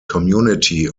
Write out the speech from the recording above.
community